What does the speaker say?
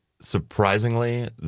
Surprisingly